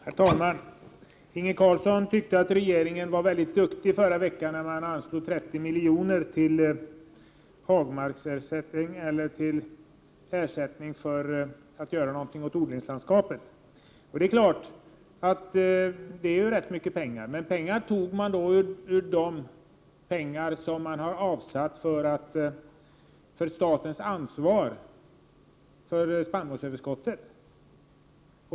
Herr talman! Inge Carlsson tyckte att regeringen var väldigt duktig i förra veckan, då den anslog 30 milj.kr. för att göra något åt odlingslandskapet. Det är naturligtvis rätt mycket pengar, men man tog då dessa pengar från de medel som avsatts till statens ansvar för spannmålsöverskottet.